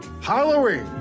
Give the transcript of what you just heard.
Halloween